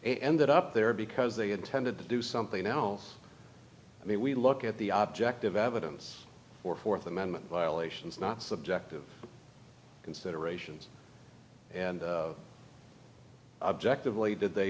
ended up there because they intended to do something else i mean we look at the object of evidence or th amendment violations not subjective considerations and objectively did they